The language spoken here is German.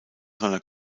seiner